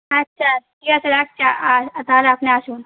আচ্ছা ঠিক আছে রাখছি আ তাহলে আপনি আসুন